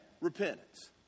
repentance